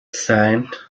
signed